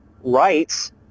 rights